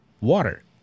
Water